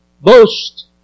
boast